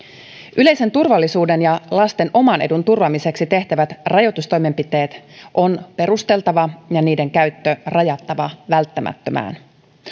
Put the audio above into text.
yleisen turvallisuuden ja lasten oman edun turvaamiseksi tehtävät rajoitustoimenpiteet on perusteltava ja niiden käyttö rajattava välttämättömään